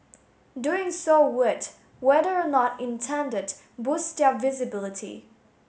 doing so would whether or not intended boost their visibility